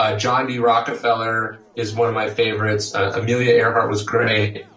ah john d. rockefeller is one of my favorites, amelia earhart was great,